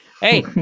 Hey